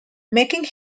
making